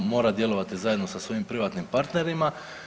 Mora djelovati zajedno sa svojim privatnim partnerima.